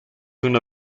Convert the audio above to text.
una